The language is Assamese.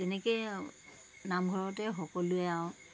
তেনেকেই নামঘৰতে সকলোৱে আৰু